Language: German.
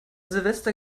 silvester